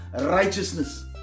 righteousness